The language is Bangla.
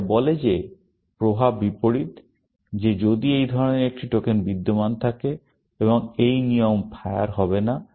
এইটি বলে যে প্রভাব বিপরীত যে যদি এই ধরনের একটি টোকেন বিদ্যমান থাকে এবং এই নিয়ম ফায়ার হবে না